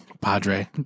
padre